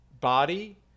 body